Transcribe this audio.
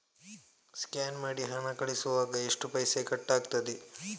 Scan ಮಾಡಿ ಹಣ ಕಳಿಸುವಾಗ ಎಷ್ಟು ಪೈಸೆ ಕಟ್ಟಾಗ್ತದೆ?